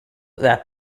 that